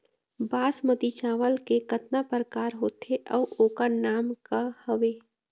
बासमती चावल के कतना प्रकार होथे अउ ओकर नाम क हवे?